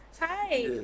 Hi